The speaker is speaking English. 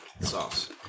sauce